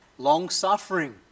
Long-suffering